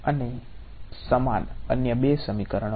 અને સમાન અન્ય બે સમીકરણો છે